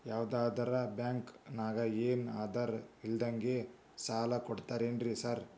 ಯಾವದರಾ ಬ್ಯಾಂಕ್ ನಾಗ ಏನು ಆಧಾರ್ ಇಲ್ದಂಗನೆ ಸಾಲ ಕೊಡ್ತಾರೆನ್ರಿ ಸಾರ್?